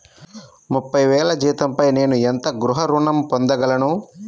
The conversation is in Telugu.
ముప్పై వేల జీతంపై నేను ఎంత గృహ ఋణం పొందగలను?